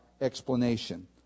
explanation